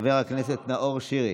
חבר הכנסת נאור שירי.